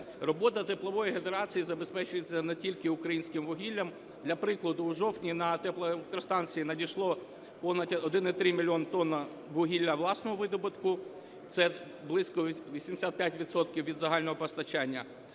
робота теплової генерації забезпечується не тільки українським вугіллям. Для прикладу, у жовтні на теплоелектростанції надійшло понад 1,3 мільйона тонн вугілля власного видобутку - це близько 85 відсотків від загального постачання.